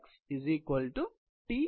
X TLLX1